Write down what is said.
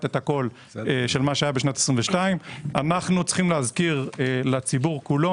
את הכול של מה שהיה בשנת 22'. אנו צריכים להזכיר לציבור כולו